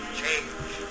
change